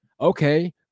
okay